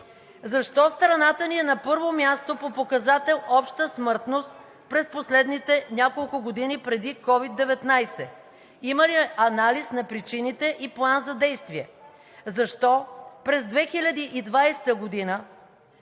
защо страната ни е на първо място по показател обща смъртност през последните няколко години преди COVID-19? Има ли анализ на причините и план за действие? Защо през 2020 г.